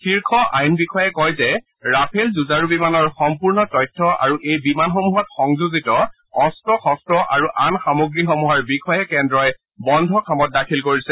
শীৰ্ষ আইন বিষয়াই কয় যে ৰাফেল যুঁজাৰু বিমানৰ সম্পূৰ্ণ তথ্য আৰু এই বিমানসমূহত সংযোজিত অস্ত্ৰ শস্ত্ৰ আৰু আন সামগ্ৰীসমূহৰ বিষয়ে কেন্দ্ৰই বন্ধ খামত দাখিল কৰিছে